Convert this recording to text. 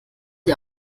die